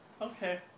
Okay